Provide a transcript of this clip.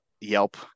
Yelp